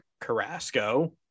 Carrasco